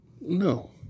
No